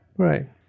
Right